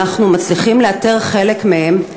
אנחנו מצליחים לאתר חלק מהם,